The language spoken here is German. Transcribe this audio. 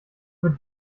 wird